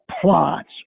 plots